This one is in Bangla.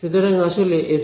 সুতরাং আসলে ε